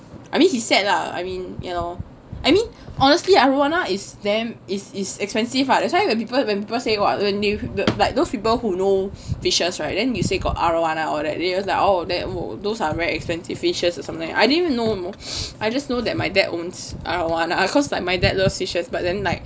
I mean he sad lah I mean you know I mean honestly arowana is damn is is expensive lah that's why when people when people say what name like those people who know fishes right then you say got arowana all that then they like oh those are very expensive fishes or something I didn't even know I just know that my dad owns arowana cause like my dad loves fishes but then like